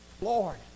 Lord